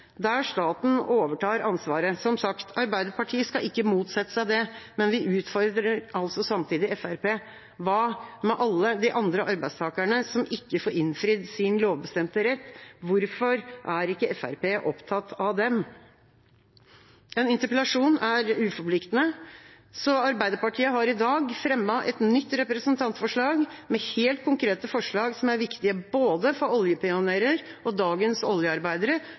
der staten overtar ansvaret. Som sagt: Arbeiderpartiet skal ikke motsette seg det, men vi utfordrer altså samtidig Fremskrittspartiet: Hva med alle de andre arbeidstakerne som ikke får innfridd sin lovbestemte rett? Hvorfor er ikke Fremskrittspartiet opptatt av dem? En interpellasjon er uforpliktende. Arbeiderpartiet har i dag fremmet et nytt representantforslag med helt konkrete forslag som er viktige både for oljepionerer og for dagens oljearbeidere,